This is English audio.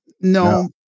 No